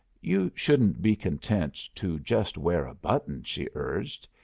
you shouldn't be content to just wear a button, she urged.